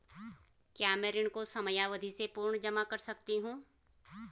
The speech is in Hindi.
क्या मैं ऋण को समयावधि से पूर्व जमा कर सकती हूँ?